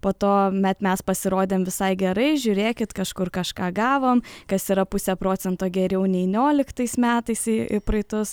po to bet mes pasirodėm visai gerai žiūrėkit kažkur kažką gavom kas yra puse procento geriau nei nioliktais metais į praeitus